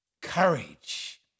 courage